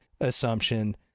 assumption